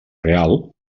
real